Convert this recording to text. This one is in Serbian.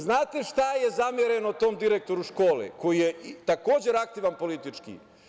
Znate šta je zamereno tom direktoru škole, koji je takođe aktivan politički?